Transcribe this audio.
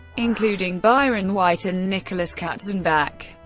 including byron white and nicholas katzenbach.